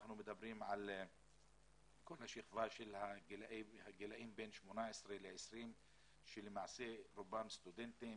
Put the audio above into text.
אנחנו מדברים על שכבת הגיל בין 18-20 שרובם סטודנטים,